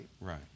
Right